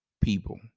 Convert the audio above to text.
people